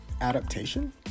adaptation